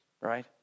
right